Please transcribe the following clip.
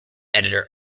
editor